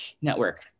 Network